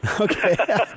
Okay